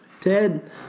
Ted